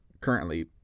currently